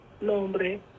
nombre